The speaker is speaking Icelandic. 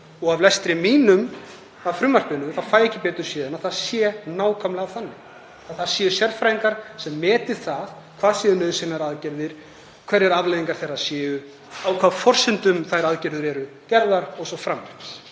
Af lestri mínum á frumvarpinu að dæma fæ ég ekki betur séð en að það sé nákvæmlega þannig; að það séu sérfræðingar sem meti hvað séu nauðsynlegar aðgerðir, hverjar afleiðingar þeirra séu, á hvaða forsendum þær aðgerðir eru gerðar o.s.frv.